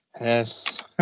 Yes